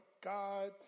God